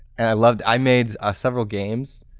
and i loved i made ah several games.